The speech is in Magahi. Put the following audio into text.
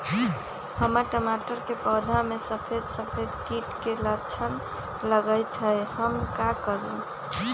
हमर टमाटर के पौधा में सफेद सफेद कीट के लक्षण लगई थई हम का करू?